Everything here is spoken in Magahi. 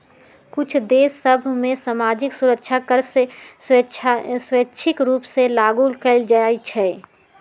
कुछ देश सभ में सामाजिक सुरक्षा कर स्वैच्छिक रूप से लागू कएल जाइ छइ